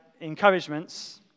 encouragements